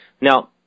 Now